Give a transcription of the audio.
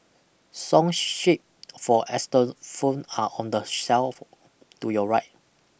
song sheet for xylophone are on the shelf to your right